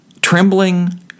Trembling